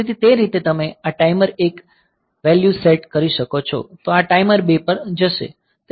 તેથી તે રીતે તમે આ ટાઈમર 1 વેલ્યૂ સેટ કરી શકો છો તો આ ટાઈમર 2 પર જશે